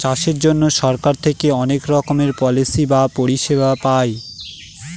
চাষের জন্য সরকার থেকে অনেক রকমের পলিসি আর পরিষেবা পায়